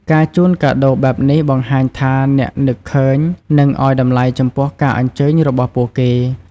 ការជូនកាដូរបែបនេះបង្ហាញថាអ្នកនឹកឃើញ និងឲ្យតម្លៃចំពោះការអញ្ជើញរបស់ពួកគេ។